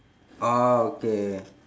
ah okay